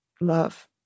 love